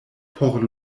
por